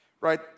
right